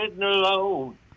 alone